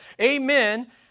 amen